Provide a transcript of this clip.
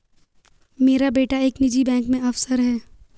मेरा बेटा एक निजी बैंक में अफसर है